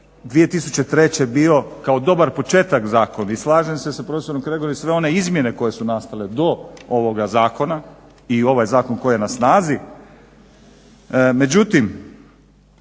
2003. kao dobar početak zakon i slažem se sa prof. Kregarom i sve one izmjene koje su nastale do ovoga zakona i ovaj zakon koji je na snazi. Međutim,